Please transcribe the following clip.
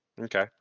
Okay